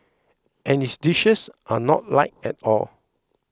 and its dishes are not light at all